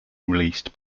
released